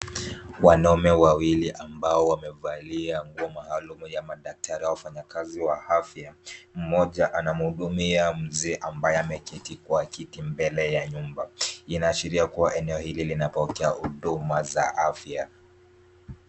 Wanaume wawili ambao wamevalia nguo maalum ya madaktari au wafanyikazi wa afya. Mmoja anamhudumia mzee ambaye ameketi kwa kiti mbele ya nyumba. Inashiria kuwa eneo hili lina pokea huduma za afya